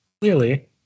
clearly